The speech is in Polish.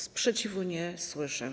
Sprzeciwu nie słyszę.